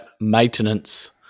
maintenance